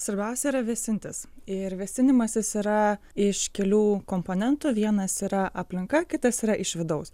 svarbiausia yra vėsintis ir vėsinimasis yra iš kelių komponentų vienas yra aplinka kitas yra iš vidaus